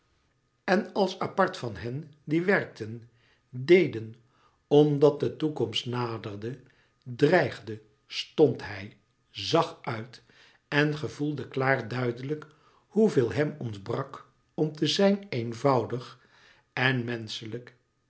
en als apart van hen die werkten déden omdat de toekomst naderde dreigde stond hij zag uit en gevoelde klaar duidelijk hoeveel hem ontbrak om te zijn eenvoudig en menschelijk